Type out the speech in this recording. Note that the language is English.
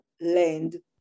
land